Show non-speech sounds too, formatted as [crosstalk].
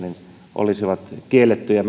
olisivat kiellettyjä [unintelligible]